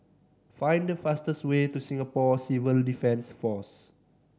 find the fastest way to Singapore Civil Defence Force